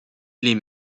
les